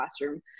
classroom